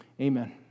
amen